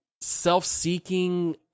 self-seeking